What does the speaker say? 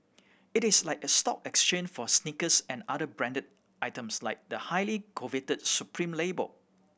it is like a stock exchange for sneakers and other branded items like the highly coveted Supreme label